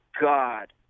God